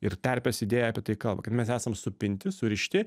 ir terpės idėja apie tai kalba kad mes esam supinti surišti